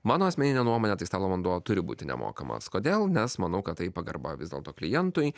mano asmenine nuomone tai stalo vanduo turi būti nemokamas kodėl nes manau kad tai pagarba vis dėlto klientui